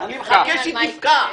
מחכה שהיא תפקע.